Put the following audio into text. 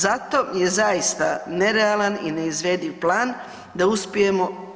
Zato je zaista nerealan i neizvediv plan da uspijemo.